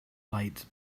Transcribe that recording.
lights